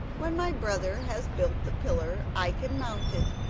when my brother has built the pillar i can mount it,